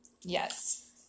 Yes